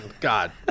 God